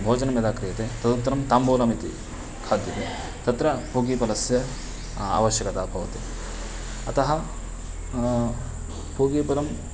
भोजनं यदा क्रियते तदुत्तरं ताम्बूलमिति खाद्यते तत्र पूगीपलस्य आवश्यकता भवति अतः पूगीपलं